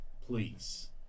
please